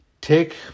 Take